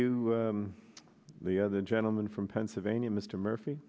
you the other gentleman from pennsylvania mr murphy